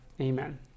Amen